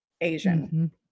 Asian